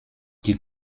die